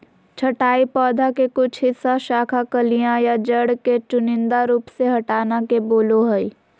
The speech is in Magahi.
छंटाई पौधा के कुछ हिस्सा, शाखा, कलियां या जड़ के चुनिंदा रूप से हटाना के बोलो हइ